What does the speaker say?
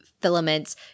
filaments